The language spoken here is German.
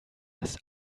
des